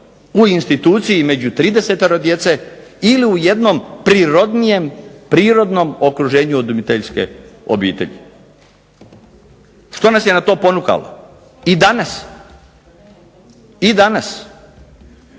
u instituciji među tridesetoro djece ili u jednom prirodnijem, prirodnim okruženje udomiteljske obitelji? Što nas je na to ponukalo i danas? Imamo